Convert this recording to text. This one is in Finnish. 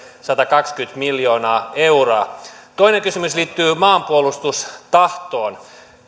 satakaksikymmentä miljoonaa euroa toinen kysymys liittyy maanpuolustustahtoon